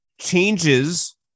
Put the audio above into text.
changes